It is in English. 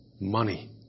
money